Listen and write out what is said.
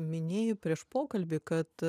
minėjai prieš pokalbį kad